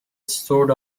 stored